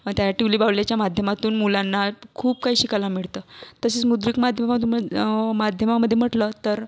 टिवले बाहुलेच्या माध्यमातून मुलांना खूप काही शिकायला मिळतं तसेच मुद्रित माध्यमा मधु माध्यमामध्ये म्हटलं तर